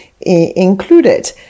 included